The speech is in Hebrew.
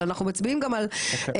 אבל אנחנו מצביעים גם על בעיות,